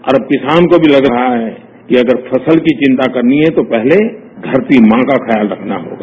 और अब किसान को भी लग रहा है कि अगर फसल की चिंता करनी है तो पहले धरती मां का ख्याल रखना होगा